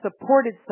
supported